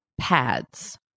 Pads